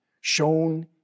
shown